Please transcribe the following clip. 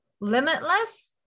Limitless